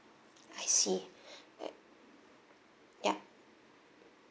I see uh yup